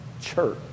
church